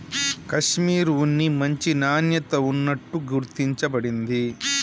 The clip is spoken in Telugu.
కాషిమిర్ ఉన్ని మంచి నాణ్యత ఉన్నట్టు గుర్తించ బడింది